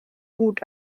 gut